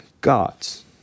gods